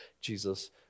Jesus